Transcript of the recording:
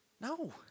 no